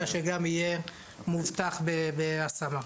אלא שגם יהיה מובטח בהשמה.